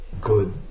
good